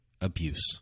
abuse